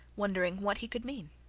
wondering what he could mean.